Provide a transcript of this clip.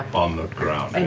on the ground,